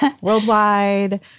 worldwide